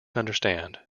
understand